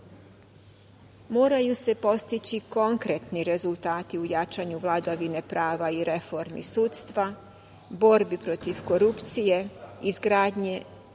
se postići konkretni rezultati u jačanju vladavine prava i reformi sudstva, borbi protiv korupcije, izgradnji